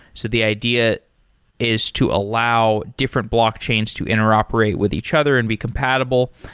so the idea is to allow different blockchains to interoperate with each other and be compatible.